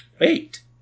eight